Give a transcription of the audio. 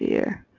here.